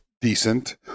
decent